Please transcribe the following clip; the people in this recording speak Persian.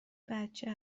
بچه